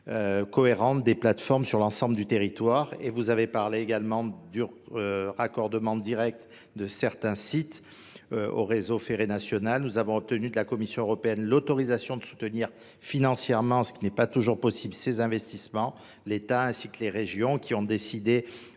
cohérent des plateformes sur l'ensemble du territoire. Et vous avez parlé également du raccordement direct de certains sites. au réseau ferré national nous avons obtenu de la commission européenne l'autorisation de soutenir financièrement ce qui n'est pas toujours possible ses investissements l'état ainsi que les régions qui ont décidé